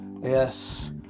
yes